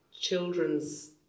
children's